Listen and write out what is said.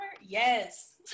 Yes